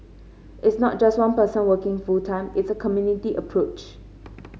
it's not just one person working full time it's a community approach